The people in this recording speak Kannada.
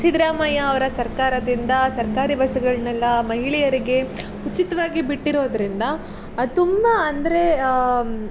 ಸಿದ್ಧರಾಮಯ್ಯ ಅವರ ಸರ್ಕಾರದಿಂದ ಸರ್ಕಾರಿ ಬಸ್ಸುಗಳನ್ನೆಲ್ಲ ಮಹಿಳೆಯರಿಗೆ ಉಚಿತವಾಗಿ ಬಿಟ್ಟಿರೋದರಿಂದ ಅದು ತುಂಬ ಅಂದರೆ